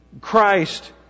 Christ